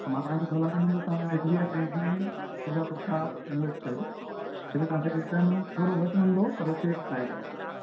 मां तव्हांखे सलाह ॾींदुमि तव्हां एस बी आई बैंक में एॾा पैसा इन्वेस्ट कयो छो त तव्हांखे रिटर्न थोरो घटि मिलंदो पर सेफ साइड आहे उहो